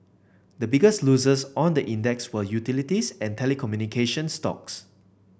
the biggest losers on the index were utilities and telecommunication stocks